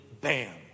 bam